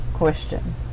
question